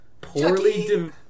poorly